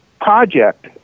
project